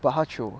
but 她 chio